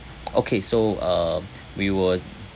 okay so uh we will